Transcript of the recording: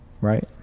right